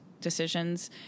decisions